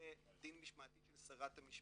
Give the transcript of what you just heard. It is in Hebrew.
לדין משמעתי של שרת המשפטים.